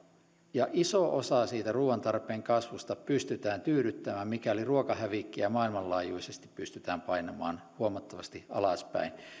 ja iso osa siitä ruuan tarpeen kasvusta pystytään tyydyttämään mikäli ruokahävikkiä maailmanlaajuisesti pystytään painamaan huomattavasti alaspäin